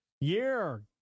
Year